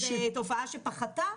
תופעה שפחתה,